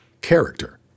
character